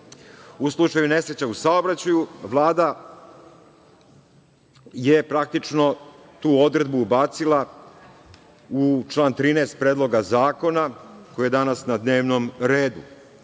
u slučaju nesreće u saobraćaju Vlada je praktično tu odredbu ubacila u član 13. Predloga zakona koji je danas na dnevnom redu. Moram